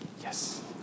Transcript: Yes